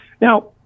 Now